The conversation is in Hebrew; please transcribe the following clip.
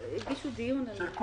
הגישו דיון על הספארי.